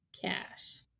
cash